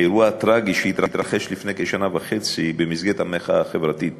האירוע הטרגי שהתרחש לפני כשנה וחצי במסגרת המחאה החברתית